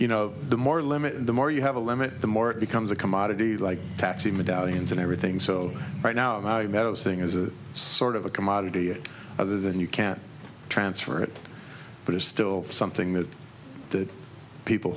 and the more limited the more you have a limit the more it becomes a commodity like taxi medallions and everything so right now metals thing is a sort of a commodity other than you can transfer it but it's still something that the people